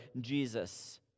Jesus